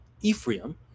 Ephraim